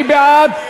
מי בעד?